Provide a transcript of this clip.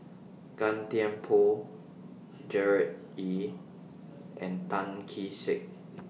Gan Thiam Poh Gerard Ee and Tan Kee Sek